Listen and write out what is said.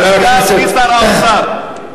בלי שר האוצר.